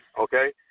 okay